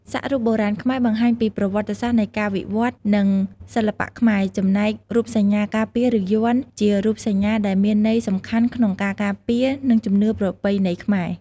សាក់រូបបុរាណខ្មែរបង្ហាញពីប្រវត្តិសាស្ត្រនៃការវិវត្តន៍ និងសិល្បៈខ្មែរ ចំណែករូបសញ្ញាការពារឬយ័ន្ត ជារូបសញ្ញាដែលមានន័យសំខាន់ក្នុងការការពារ និងជំនឿប្រពៃណីខ្មែរ។